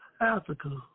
Africa